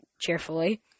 cheerfully